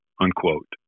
Unquote